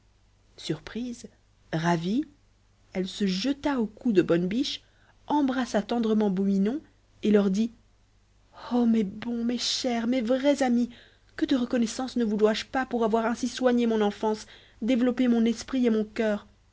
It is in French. surprise ravie elle se jeta au cou de bonne biche embrassa tendrement beau minon et leur dit oh mes bons mes chers mes vrais amis que de reconnaissance ne vous dois-je pas pour avoir ainsi soigné mon enfance développé mon esprit et mon coeur